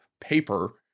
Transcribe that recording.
paper